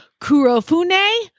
Kurofune